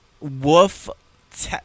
wolf